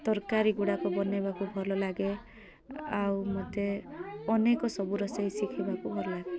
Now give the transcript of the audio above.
ତରକାରୀ ଗୁଡ଼ାକ ବନାଇବାକୁ ଭଲ ଲାଗେ ଆଉ ମୋତେ ଅନେକ ସବୁ ରୋଷେଇ ଶିଖିବାକୁ ଭଲ ଲାଗେ